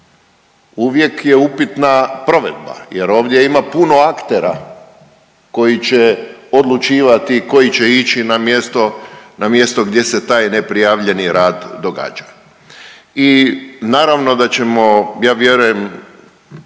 Uvijek je upitna provedba jer ovdje ima puno aktera koji će odlučivati, koji će ići na mjesto, na mjesto gdje se taj neprijavljeni rad događa. I naravno da ćemo, ja vjerujem